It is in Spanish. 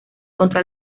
contra